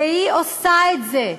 והיא עושה את זה.